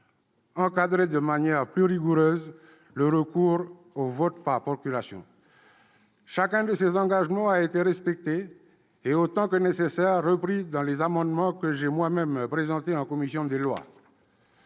encadrer de manière plus rigoureuse le recours au vote par procuration. Chacun de ces engagements a été respecté et, autant que nécessaire, repris dans les amendements que j'ai moi-même présentés lors de la